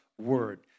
word